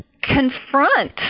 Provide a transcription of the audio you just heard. confront